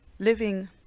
living